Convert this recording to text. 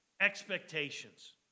expectations